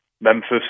memphis